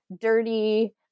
dirty